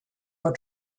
were